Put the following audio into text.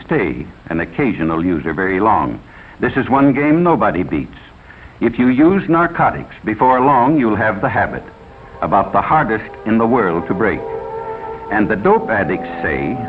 stay and occasional use or very long this is one game nobody beats if you use narcotics before long you'll have the habit about the hardest in the world to break and that dope addicts say